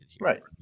Right